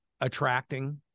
attracting